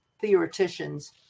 theoreticians